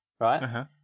right